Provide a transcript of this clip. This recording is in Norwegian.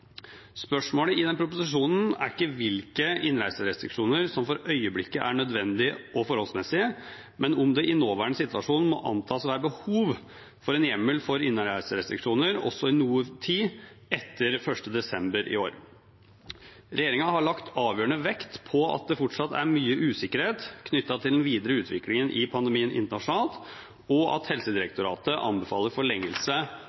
Spørsmålet i denne proposisjonen er ikke hvilke innreiserestriksjoner som for øyeblikket er nødvendige og forholdsmessige, men om det i nåværende situasjon må antas å være behov for en hjemmel for innreiserestriksjoner også i noe tid etter 1. desember i år. Regjeringen har lagt avgjørende vekt på at det fortsatt er mye usikkerhet knyttet til den videre utviklingen i pandemien internasjonalt, og at